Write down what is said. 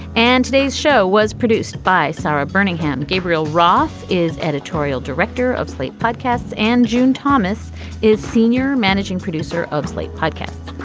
and today's show was produced by sara bermingham. gabriel roth is editorial director of slate podcasts and june thomas is senior managing producer of slate podcasts,